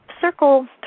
circle